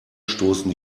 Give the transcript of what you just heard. stoßen